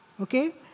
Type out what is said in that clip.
Okay